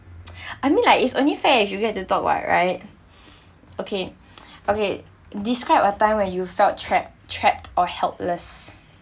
I mean like it's only fair if you get to talk [what] right okay okay describe a time where you felt trapped trapped or helpless